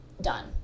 Done